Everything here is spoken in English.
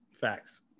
Facts